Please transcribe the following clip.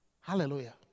Hallelujah